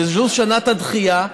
שזו שנת הדחייה,